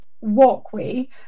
walkway